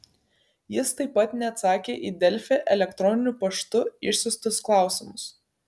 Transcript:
jis taip pat neatsakė į delfi elektroniniu paštu išsiųstus klausimus